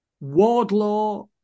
Wardlaw